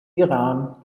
iran